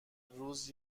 روز